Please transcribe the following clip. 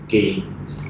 Games